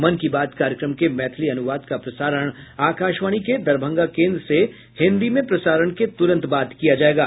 मन की बात कार्यक्रम के मैथिली अनुवाद का प्रसारण आकाशवाणी के दरभंगा केन्द्र से हिन्दी में प्रसारण के तुरंत बाद किया जायेगा